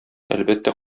әлбәттә